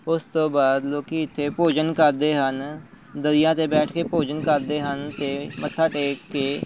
ਉਸ ਤੋਂ ਬਾਅਦ ਲੋਕ ਇੱਥੇ ਭੋਜਨ ਕਰਦੇ ਹਨ ਦਰੀਆਂ 'ਤੇ ਬੈਠ ਕੇ ਭੋਜਨ ਕਰਦੇ ਹਨ ਅਤੇ ਮੱਥਾ ਟੇਕ ਕੇ